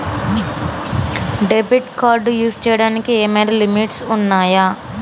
Debit card use చేయడానికి ఏమైనా limitations ఉన్నాయా?